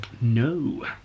No